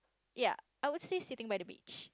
ya I would say sitting by the beach